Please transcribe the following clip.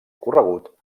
corregut